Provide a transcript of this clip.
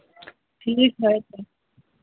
ठीक है तो